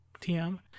TM